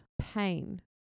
pain